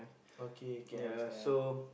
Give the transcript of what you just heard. okay K understand